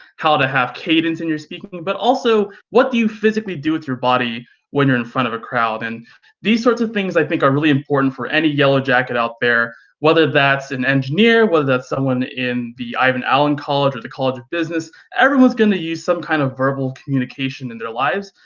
how to have cadence in your speaking, but also, what do you physically do with your body when you're in front of a crowd? and these sorts of things, i think are really important for any yellow jacket out there. whether that's an engineer, whether that someone in the ivan allen college, at the college of business, everyone's going to use some kind of verbal communication in their lives.